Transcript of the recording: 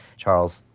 charles,